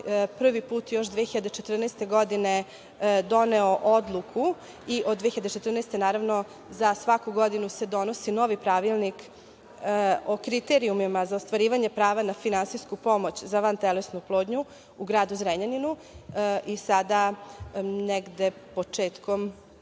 prvi put još 2014. godine doneo odluku i od 2014. godine za svaku godinu se donosi novi pravilnik o kriterijumima za ostvarivanje prava na finansijsku pomoć za vantelesnu oplodnju u gradu Zrenjaninu. Negde početkom